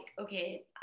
okay